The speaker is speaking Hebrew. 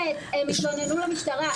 הם התלוננו במשטרה.